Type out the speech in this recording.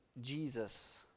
Jesus